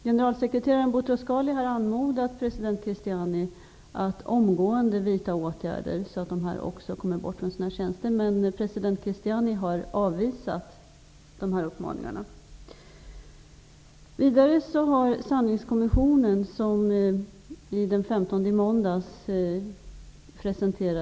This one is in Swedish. Generalsekreteraren Boutros Ghali har anmodat president Cristiani att omgående vidta åtgärder så att också dessa personer förlorar sina tjänster, men president Cristiani har avvisat dessa uppmaningar. Sanningskommissionen presenterade sin rapport måndagen den 15 mars.